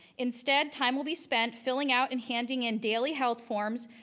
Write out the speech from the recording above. instead time will be spent filling out and handing in daily health forms,